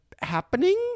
happening